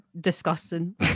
disgusting